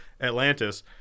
Atlantis